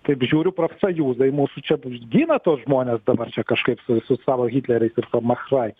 kaip žiūriu prosąjūzai mūsų čia gina tuos žmones dabar čia kažkaip su su savo hitleriais su visom macht frei